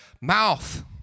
mouth